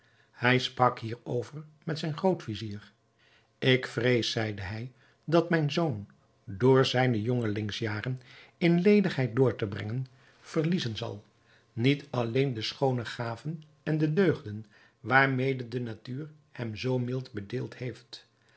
hij sprak hierover met zijn groot-vizier ik vrees zeide hij dat mijn zoon door zijne jongelingsjaren in ledigheid door te brengen verliezen zal niet alleen de schoone gaven en de deugden waarmede de natuur hem zoo mild bedeeld heeft